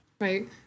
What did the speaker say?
Right